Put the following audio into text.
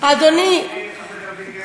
אז תקבלי כסף גם כן.